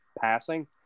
passing